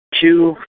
Two